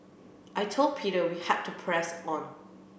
I told Peter we had to press on